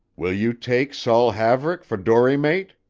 will you take saul haverick for dory mate?